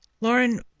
Lauren